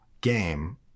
game